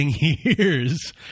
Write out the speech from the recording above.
years